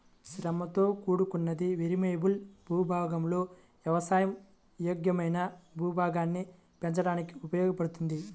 శ్రమతో కూడుకున్నది, వేరియబుల్ భూభాగాలలో వ్యవసాయ యోగ్యమైన భూభాగాన్ని పెంచడానికి ఉపయోగించబడింది